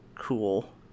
cool